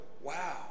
wow